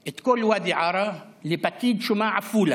את כל ואדי עארה לפקיד שומה עפולה,